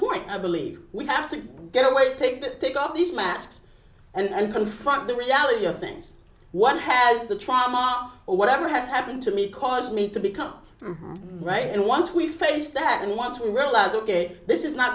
point i believe we have to get away take the take of these masks and confront the reality of things what has the trauma or whatever has happened to me cause me to become right and once we face that and once we realize ok this is not